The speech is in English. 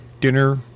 dinner